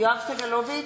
יואב סגלוביץ'